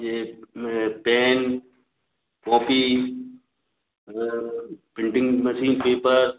ये pen copy और printing machine paper